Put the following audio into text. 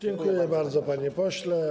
Dziękuję bardzo, panie pośle.